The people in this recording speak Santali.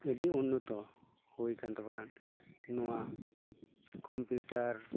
ᱟᱹᱰᱤ ᱩᱱᱱᱚᱛᱚ ᱦᱩᱭ ᱟᱠᱟᱱ ᱛᱟᱵᱚᱱᱟ ᱱᱚᱣᱟ ᱠᱚᱢᱯᱤᱭᱩᱴᱟᱨ